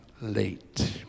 late